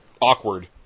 awkward